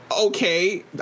okay